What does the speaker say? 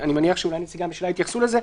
אני מניח שאולי נציגי הממשלה יתייחסו לזה.